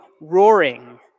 roaring